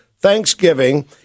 Thanksgiving